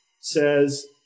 says